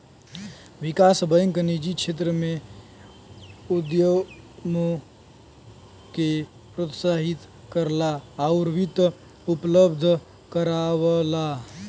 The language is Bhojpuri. विकास बैंक निजी क्षेत्र में उद्यमों के प्रोत्साहित करला आउर वित्त उपलब्ध करावला